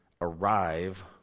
arrive